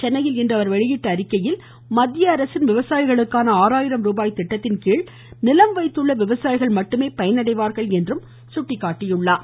சென்னையில் இன்று அவர் வெளியிட்டுள்ள அறிக்கையில் மத்திய அரசின் விவசாயிகளுக்கான ஆறாயிரம் ருபாய் திட்டத்தின் கீழ் நிலம் வைத்துள்ள விவசாயிகள் மட்டுமே பயனடைவார்கள் என்று அவர் சுட்டிக்காட்டினார்